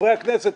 חברי הכנסת,